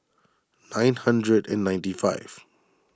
nine hundred and ninety five